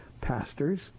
pastors